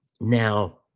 now